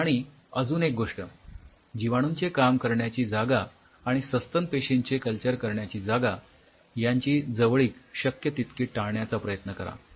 आणि अजून एक गोष्ट जीवाणूंचे काम करण्याची जागा आणि सस्तन पेशींचे कल्चर करण्याची जागा यांची जवळीक शक्य तितकी टाळण्याचा प्रयत्न करा